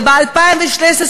וב-2016,